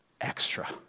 extra